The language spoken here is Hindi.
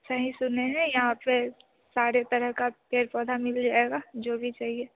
सही सुने हैं यहाँ पर सारे तरह का पेड़ पौधा मिल जाएगा जो भी चाहिए